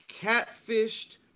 catfished